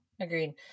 Agreed